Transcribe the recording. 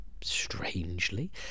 strangely